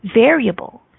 Variable